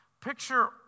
picture